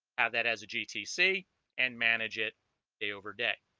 add that as a gtc and manage it day over day